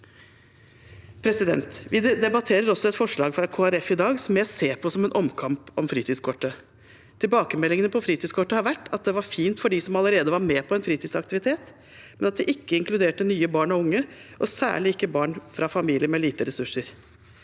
seg bak. Vi debatterer også et forslag fra Kristelig Folkeparti i dag som jeg ser på som en omkamp om fritidskortet. Tilbakemeldingene på fritidskortet har vært at det var fint for dem som allerede var med på en fritidsaktivitet, men at det ikke inkluderte nye barn og unge, og særlig ikke barn fra familier med lite ressurser.